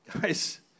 guys